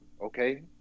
okay